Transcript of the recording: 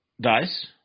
dice